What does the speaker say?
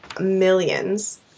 millions